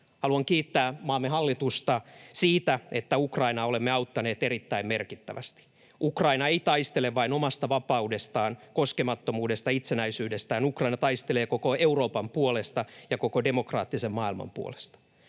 Haluan kiittää maamme hallitusta siitä, että Ukrainaa olemme auttaneet erittäin merkittävästi. Ukraina ei taistele vain omasta vapaudestaan, koskemattomuudestaan, itsenäisyydestään — Ukraina taistelee koko Euroopan puolesta ja koko demokraattisen maailman puolesta.